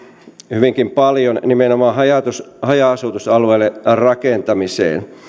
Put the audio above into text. hyvinkin paljon nimenomaan haja asutusalueille rakentamiseen